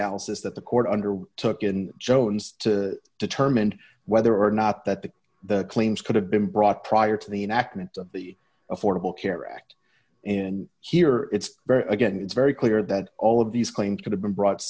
analysis that the court under took in jones to determine whether or not that the claims could have been brought prior to the an accident the affordable care act in here it's very again it's very clear that all of these claims could have been brought